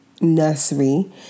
nursery